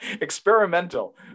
experimental